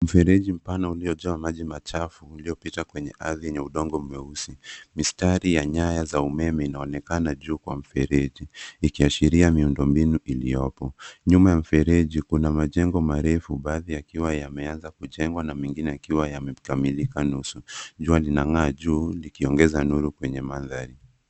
Mjereji mpana uliojaa maji machafu, uliopita kwenye ardhi yenye udongo mweusi. Mistari ya nyaya za umeme zinaonekana juu kwa mfereji, ikiahiria miundombinu iliyopo. Nyuma ya mfereji kuna majengo marefu baadhi yakiwa yameanza kujengwa na mingine yamekamilika nusu. Jua ling'aa juu likiongeza nuru kwenye mandhari.